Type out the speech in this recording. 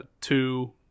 two